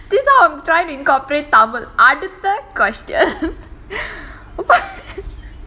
this [one] I'm trying to incorporate tamil அடுத்த:adutha question